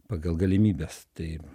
pagal galimybes taip